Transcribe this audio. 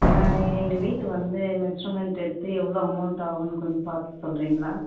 எங்கள் வீட்டு வந்து மெசர்மெண்ட்டு எடுத்து எவ்வளோ அமௌண்ட் ஆகுன்னு கொஞ்சம் பார்த்து சொல்கிறிங்களா